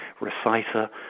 reciter